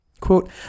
Quote